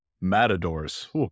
matadors